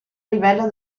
livello